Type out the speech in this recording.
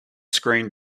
screen